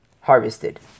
harvested